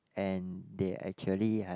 and they actually had